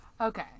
Okay